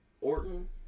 Orton